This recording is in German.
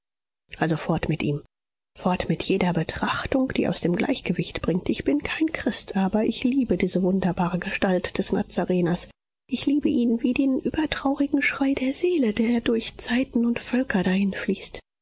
also fort mit ihm fort mit jeder betrachtung die aus dem gleichgewicht bringt ich bin kein christ aber ich liebe diese wunderbare gestalt des nazareners ich liebe ihn wie den übertraurigen schrei der seele der durch zeiten und völker